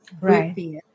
Right